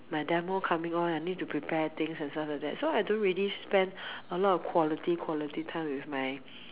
my demo coming on I need to prepare things and stuff like that so I don't really spend a lot of quality quality time with my